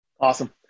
Awesome